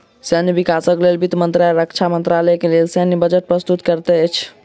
सैन्य विकासक लेल वित्त मंत्रालय रक्षा मंत्रालय के लेल सैन्य बजट प्रस्तुत करैत अछि